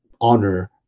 honor